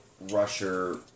rusher